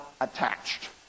attached